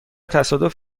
تصادف